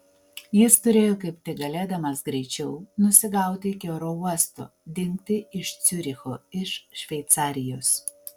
jis turėjo kaip tik galėdamas greičiau nusigauti iki oro uosto dingti iš ciuricho iš šveicarijos